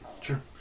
Sure